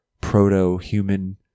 proto-human